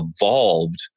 evolved